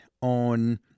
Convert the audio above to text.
on